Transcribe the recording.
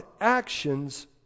actions